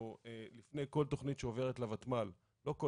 לפני כל תכנית שעוברת לוותמ"ל לא כל